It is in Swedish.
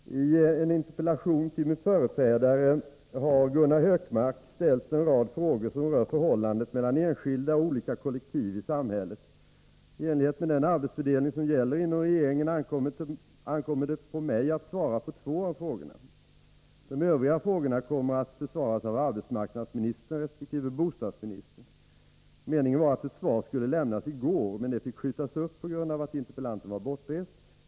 Herr talman! I en interpellation till min företrädare har Gunnar Hökmark ställt en rad frågor som rör förhållandet mellan enskilda och olika kollektiv i samhället. I enlighet med den arbetsfördelning som gäller inom regeringen ankommer det på mig att svara på två av frågorna. De övriga frågorna kommer att besvaras av arbetsmarknadsministern resp. bostadsministern. Meningen var att ett svar skulle lämnas i går, men det fick skjutas upp på grund av att interpellanten var bortrest.